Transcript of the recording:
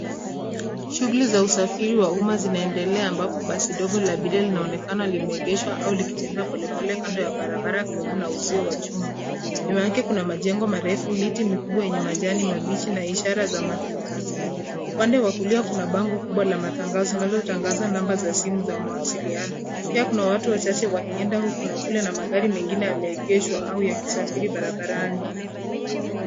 Shughuli za usafiri wa umma zinaendelea ambapo basi ndogo la abiria linaonekana limeegeshwa au likitembea polepole kando ya barabara karibu na uzio wa chuma. Nyuma yake kuna majengo marefu, miti mikubwa yenye majani mabichi na ishara za matangazo. Upande wa kulia kuna bango kubwa la matangazo linalotangaza namba za simu za mawasiliano. Pia kuna watu wachache wakienda huku na kule na magari mengine yameegeshwa au yakisafiri barabarani.